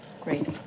Great